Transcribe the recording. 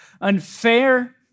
unfair